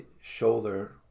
shoulder